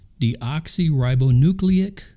deoxyribonucleic